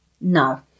No